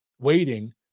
waiting